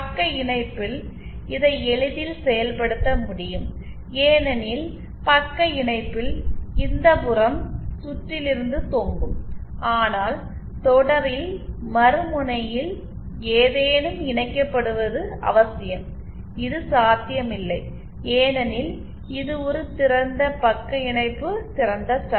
பக்க இணைப்பில் இதை எளிதில் செயல்படுத்த முடியும் ஏனெனில் பக்க இணைப்பில் இந்த புறம் சுற்றிலிருந்து தொங்கும் ஆனால் தொடரில் மறுமுனையில் ஏதேனும் இணைக்கப்படுவது அவசியம் இது சாத்தியமில்லை ஏனெனில் இது ஒரு திறந்த பக்க இணைப்பு திறந்த ஸ்டப்